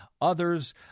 others